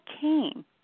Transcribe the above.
came